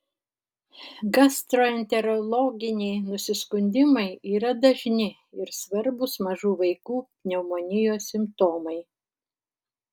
gastroenterologiniai nusiskundimai yra dažni ir svarbūs mažų vaikų pneumonijos simptomai